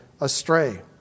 astray